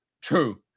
True